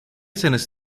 seines